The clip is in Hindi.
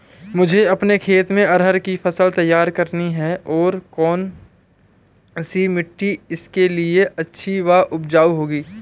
मुझे अपने खेत में अरहर की फसल तैयार करनी है और कौन सी मिट्टी इसके लिए अच्छी व उपजाऊ होगी?